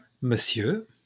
monsieur